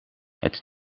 het